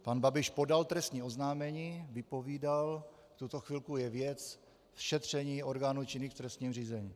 Pan Babiš podal trestní oznámení, vypovídal, v tuto chvilku je věc v šetření orgánů činných v trestním řízení.